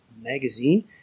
magazine